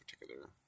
particular